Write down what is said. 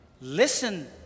listen